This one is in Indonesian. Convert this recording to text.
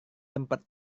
tempat